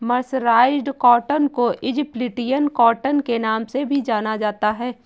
mercerised cotton को Egyptian cotton के नाम से भी जाना जाता है